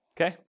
Okay